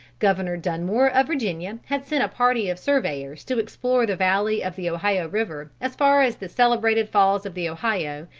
governor dunmore of virginia had sent a party of surveyors to explore the valley of the ohio river as far as the celebrated falls of the ohio,